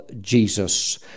Jesus